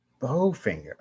Bowfinger